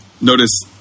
notice